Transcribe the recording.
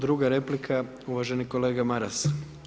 Druga replika, uvaženi kolega Maras.